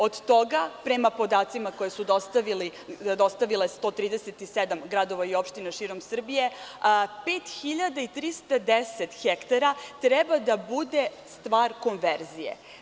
Od toga, prema podacima koje su dostavile 137 gradova i opština širom Srbije, 5.310 hektara treba da bude stvar konverzije.